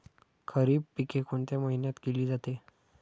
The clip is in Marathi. खरीप पिके कोणत्या महिन्यात केली जाते?